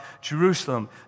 Jerusalem